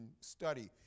study